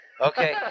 Okay